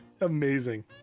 Amazing